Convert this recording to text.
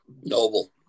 Noble